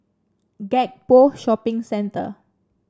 Gek Poh Shopping Centre